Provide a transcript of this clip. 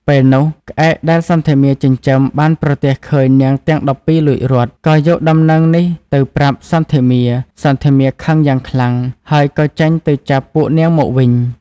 ពេលនោះក្អែកដែលសន្ធមារចិញ្ចឹមបានប្រទះឃើញនាងទាំង១២លួចរត់ ក៏យកដំណឹងនេះទៅប្រាប់សន្ធមារ សន្ធមារខឹងយ៉ាងខ្លាំង ហើយក៏ចេញទៅចាប់ពួកនាងមកវិញ។